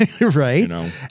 Right